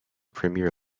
premier